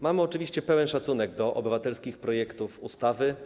Mamy oczywiście pełen szacunek do obywatelskich projektów ustaw.